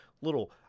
little